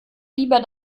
lieber